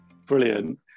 Brilliant